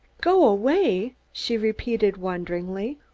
go away? she repeated wonderingly.